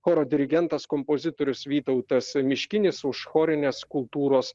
choro dirigentas kompozitorius vytautas miškinis už chorinės kultūros